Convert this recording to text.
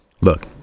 look